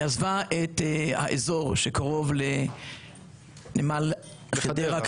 היא עזבה את האזור שקרוב לנמל חדרה,